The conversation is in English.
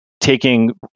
taking